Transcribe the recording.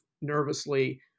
nervously